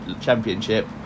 championship